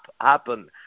happen